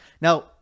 Now